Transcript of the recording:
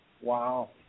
Wow